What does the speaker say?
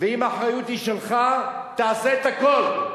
ואם האחריות היא שלך, תעשה את הכול,